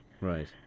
Right